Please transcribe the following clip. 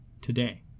today